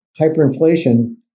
hyperinflation